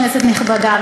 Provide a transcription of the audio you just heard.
כנסת נכבדה,